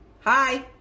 Hi